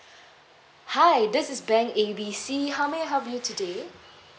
hi this is bank A B C how may I help you today